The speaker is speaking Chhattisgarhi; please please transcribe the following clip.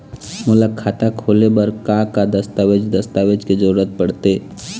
मोला खाता खोले बर का का दस्तावेज दस्तावेज के जरूरत पढ़ते?